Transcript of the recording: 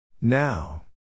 Now